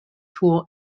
tool